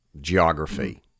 geography